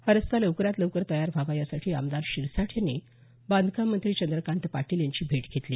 हा रस्ता लवकरात लवकर तयार व्हावा यासाठी आमदार शिरसाट यांनी बांधकाम मंत्री चंद्रकांत पाटील यांची भेट घेतली